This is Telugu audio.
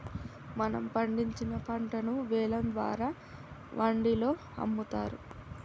మనం పండించిన పంటను వేలం ద్వారా వాండిలో అమ్ముతారు